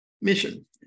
mission